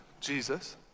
Jesus